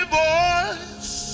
voice